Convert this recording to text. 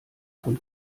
von